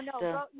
no